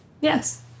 Yes